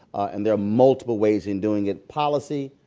and there are multiple ways in doing it. policy,